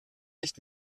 nicht